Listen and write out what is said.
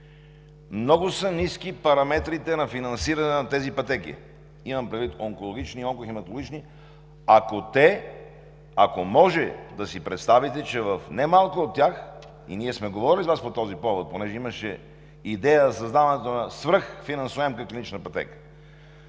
Много са ниски параметрите на финансиране на тези пътеки – имам предвид онкологични и онкохематологични. Ако може да си представите, че в немалко от тях – ние сме говорили с Вас по този повод, понеже имаше идея за създаването на свръхфинансоемка клинична пътека,